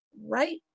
right